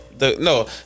No